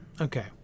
Okay